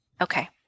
Okay